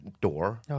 door